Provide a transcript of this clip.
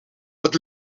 het